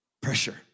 Pressure